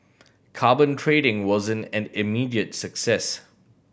carbon trading wasn't an immediate success